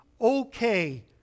okay